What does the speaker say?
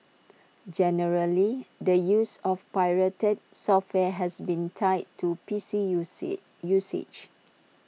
generally the use of pirated software has been tied to P C U C usage